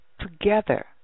together